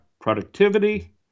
productivity